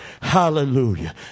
hallelujah